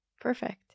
perfect